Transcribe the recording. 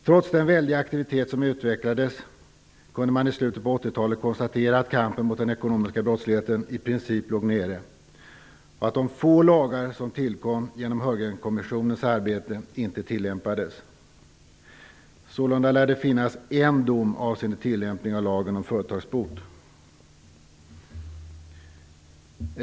Trots den väldiga aktivitet som utvecklades kunde man i slutet på 80-talet konstatera att kampen mot den ekonomiska brottsligheten i princip låg nere och att de få lagar som tillkom genom Heurgrenkommissionens arbete inte tillämpades; sålunda lär det finnas en dom avseende tillämpning av lagen om företagsbot.